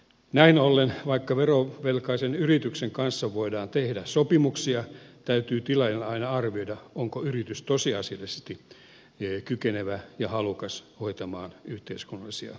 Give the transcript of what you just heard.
näin ollen vaikka verovelkaisen yrityksen kanssa voidaan tehdä sopimuksia täytyy tilaajan aina arvioida onko yritys tosiasiallisesti kykenevä ja halukas hoitamaan yhteiskunnallisia velvoitteitaan